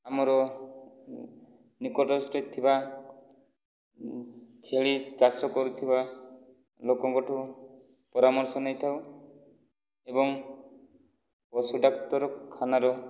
ଆମର ନିକଟସ୍ଥ ଥିବା ଛେଳି ଚାଷ କରୁଥିବା ଲୋକଙ୍କଠାରୁ ପରାମର୍ଶ ନେଇଥାଉ ଏବଂ ପଶୁ ଡାକ୍ତରଖାନାରୁ